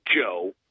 Joe